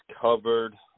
Covered